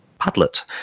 Padlet